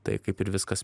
tai kaip ir viskas